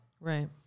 Right